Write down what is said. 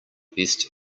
best